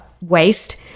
waste